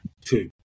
Two